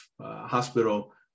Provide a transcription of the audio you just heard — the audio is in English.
hospital